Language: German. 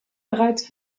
bereits